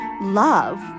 love